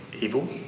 evil